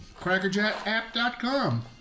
CrackerJackApp.com